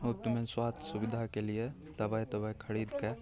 मुफ्तमे स्वास्थ्य सुविधाके लिए दवाइ तवाइ खरिदके